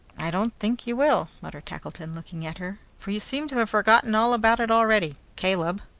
i don't think you will, muttered tackleton, looking at her for you seem to have forgotten all about it already. caleb!